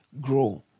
grow